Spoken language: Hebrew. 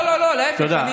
לא, לא, לא, להפך.